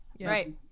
right